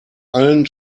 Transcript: allen